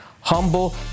humble